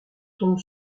ton